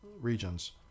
regions